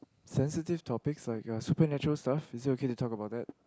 sensitive topics like supernatural stuff is it okay to talk about that